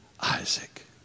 Isaac